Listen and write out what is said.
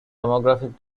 demographic